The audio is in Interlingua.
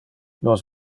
nos